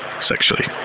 sexually